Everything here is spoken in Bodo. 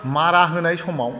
मारा होनाय समाव